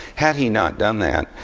had he not done that,